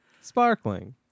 Sparkling